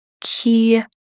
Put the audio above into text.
key